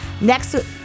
Next